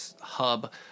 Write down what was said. hub